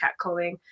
catcalling